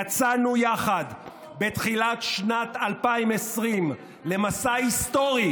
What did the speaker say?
יצאנו יחד בתחילת שנת 2020 למסע היסטורי